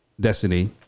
Destiny